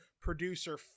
producer